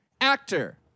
actor